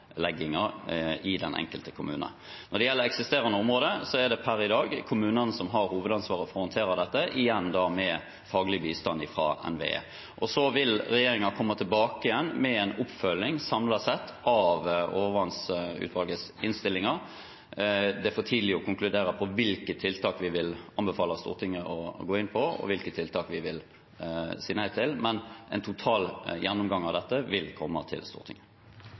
i den enkelte kommune. Når det gjelder eksisterende områder, er det per i dag kommunene som har hovedansvaret for å håndtere dette, igjen med faglig bistand fra NVE. Så vil regjeringen komme tilbake med en samlet oppfølging av overvannsutvalgets innstilling. Det er for tidlig å konkludere på hvilke tiltak vi vil anbefale Stortinget å gå inn på, og hvilke tiltak vi vil si nei til. Men en total gjennomgang av dette vil komme til Stortinget.